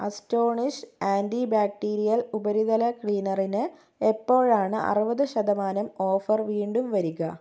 astonish anti bacterial ഉപരിതല ക്ലീനറിന് എപ്പോഴാണ് അറുപത് ശതമാനം ഓഫർ വീണ്ടും വരിക